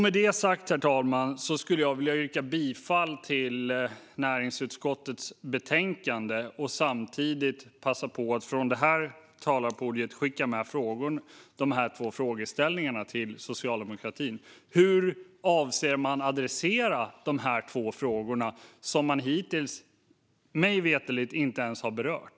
Med det sagt, herr talman, skulle jag vilja yrka bifall till näringsutskottets förslag och samtidigt passa på att härifrån talarstolen skicka med en fråga till socialdemokratin. Hur avser man att adressera dessa två frågor som man hittills, mig veterligen, inte ens har berört?